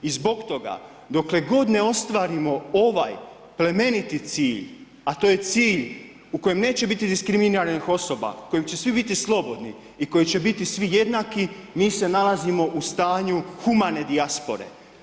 I zbog toga, dokle god ne ostvarimo, ovaj plemeniti cilj, a to je cilj u kojem neće biti diskriminiranih osoba, koji će svi biti slobodni i koji će biti svi jednaki, mi se nalazimo u stanju humane dijaspore.